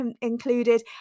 included